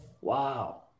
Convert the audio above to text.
Wow